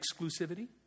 exclusivity